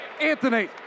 Anthony